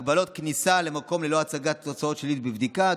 הגבלות כניסה למקום ללא הצגת תוצאות שליליות בבדיקה,